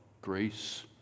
grace